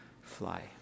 fly